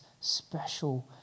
special